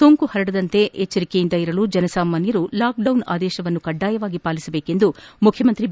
ಸೋಂಕು ಪರಡದಂತೆ ಎಚ್ವರ ವಹಿಸಲು ಜನಸಾಮಾನ್ಯರು ಲಾಕ್ಡೌನ್ ಆದೇಶವನ್ನು ಕಡ್ಡಾಯವಾಗಿ ಪಾಲಿಸಬೇಕೆಂದು ಮುಖ್ಯಮಂತ್ರಿ ಬಿ